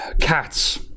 cats